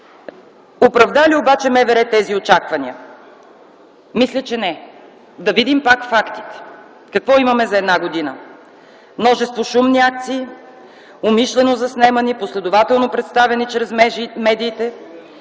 Оправда ли обаче МВР тези очаквания? Мисля, че не. Да видим пак фактите. Какво имаме за една година? Множество шумни акции, умишлено заснемани, последователно представени чрез медиите,